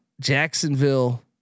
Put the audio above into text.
Jacksonville